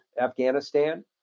Afghanistan